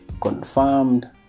confirmed